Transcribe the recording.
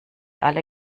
alle